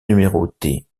numérotés